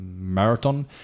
marathon